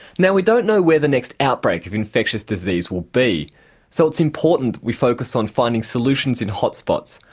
now we don't know where the next outbreak of infectious disease will be so it's important that we focus on finding solutions in hot spots,